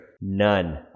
None